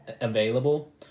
available